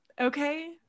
Okay